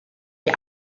die